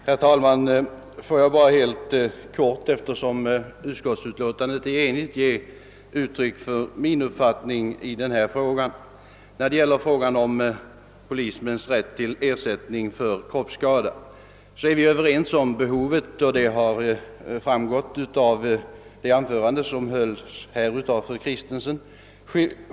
Herr talman! Jag vill bara helt kort, eftersom utlåtandet i detta ärende är enhälligt, ge uttryck för min uppfattning. Vi är i frågan om polismans rätt till ersättning för kroppsskada överens beträffande behovet av en lösning, och det har även framgått av det anförande som hölls av fru Kristensson.